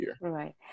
right